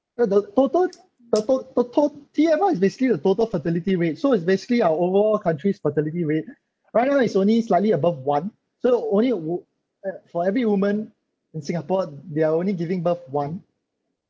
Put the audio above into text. the the total the tot~ tot~ T_F_R is basically the total fertility rate so it's basically our overall country's fertility rate right now is only slightly above one so only a wo~ uh for every woman in singapore they are only giving birth one